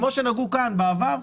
כמו שנגעו כאן בעבר,